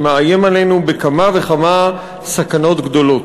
מאיים עלינו בכמה וכמה סכנות גדולות.